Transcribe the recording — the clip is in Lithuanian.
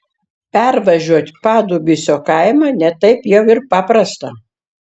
pervažiuot padubysio kaimą ne taip jau ir paprasta